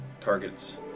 targets